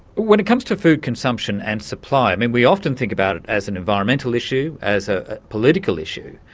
when it comes to food consumption and supply, i mean we often think about it as an environmental issue, as a political issue,